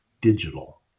digital